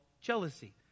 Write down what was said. jealousy